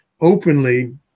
openly